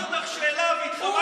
שאלתי אותך שאלה והתחמקת מהשאלה,